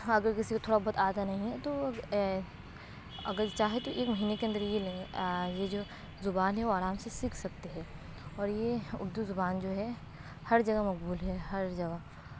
اگر کسی کو تھوڑا بہت آتا نہیں ہے تو اگر چاہے تو ایک مہینے کے اندر یہ یہ جو زبان ہے وہ آرام سے سیکھ سکتے ہے اور یہ اُردو زبان جو ہے ہر جگہ مقبول ہے ہر جگہ